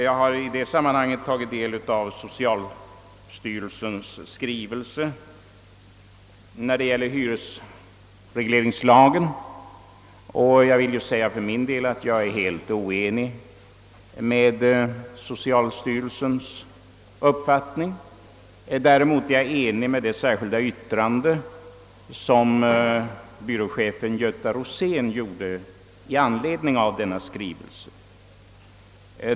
Jag vill i detta sammanhang säga, att jag inte alls delar den uppfattning som socialstyrelsen ger uttryck för i sitt remissvar över förslaget till ny hyreslagstiftning. Däremot kan jag helt instämma i det särskilda yttrande som byråchefen Göta Rosén fogat till socialstyrelsens remissvar.